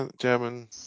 German